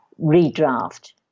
redraft